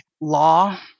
law